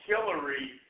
Hillary